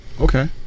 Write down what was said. okay